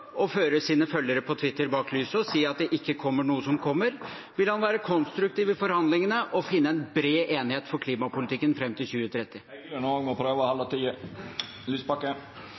å føre sine følgere på Twitter bak lyset og si at det ikke kommer noe som kommer , vil han være konstruktiv i forhandlingene og finne en bred enighet for klimapolitikken fram til 2030? Representanten Heggelund må òg prøva å